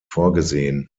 vorgesehen